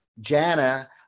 Jana